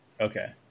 Okay